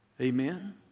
Amen